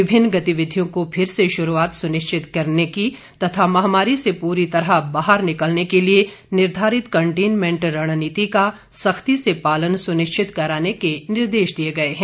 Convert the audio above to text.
विभिन्न गतिविधियों की फिर से श्रूआत सुनिश्चित करने तथा महामारी से पूरी तरह बाहर निकलने के लिए निर्घारित कंटेनमेंट रणनीति का सख्ती से पालन सुनिश्चित कराने के निर्देश दिए गए हैं